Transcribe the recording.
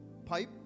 pipe